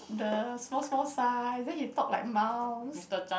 the small small size then he talk like mouse